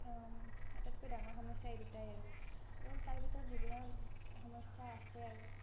আটাইতকৈ ডাঙৰ সমস্যা এই দুটাই আৰু আৰু তাৰ ভিতৰত বিভিন্ন সমস্যা আছে আৰু